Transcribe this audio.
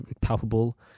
palpable